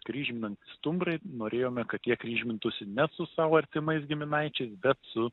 kryžminantys stumbrai norėjome kad jie kryžmintųsi ne su savo artimais giminaičiais bet su